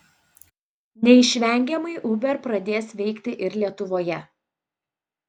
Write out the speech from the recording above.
neišvengiamai uber pradės veikti ir lietuvoje